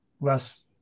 less